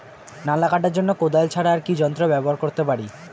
নালা কাটার জন্য কোদাল ছাড়া আর কি যন্ত্র ব্যবহার করতে পারি?